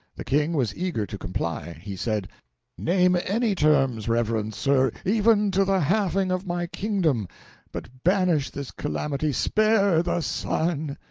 the king was eager to comply. he said name any terms, reverend sir, even to the halving of my kingdom but banish this calamity, spare the sun!